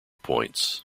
points